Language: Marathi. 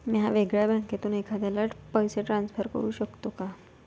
म्या वेगळ्या बँकेतून एखाद्याला पैसे ट्रान्सफर करू शकतो का?